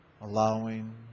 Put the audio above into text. allowing